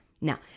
Now